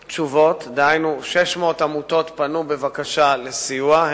תשובות, דהיינו 600 עמותות פנו בבקשה לסיוע.